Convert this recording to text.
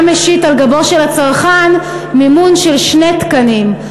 וגם משית על גבו של הצרכן מימון של שני תקנים.